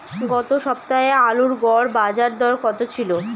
গত সপ্তাহে আলুর গড় বাজারদর কত ছিল?